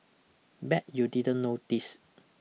bet you didn't know this